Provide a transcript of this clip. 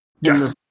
Yes